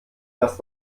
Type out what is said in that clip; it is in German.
das